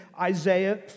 Isaiah